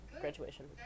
graduation